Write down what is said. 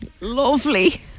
Lovely